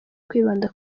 kwibanda